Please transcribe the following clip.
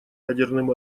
ядерным